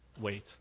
Wait